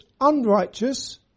unrighteous